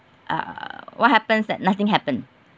err what happen is that nothing happen